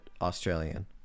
Australian